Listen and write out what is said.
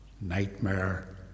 nightmare